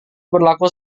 berlaku